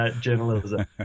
journalism